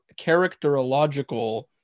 characterological